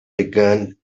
began